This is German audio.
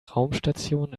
raumstation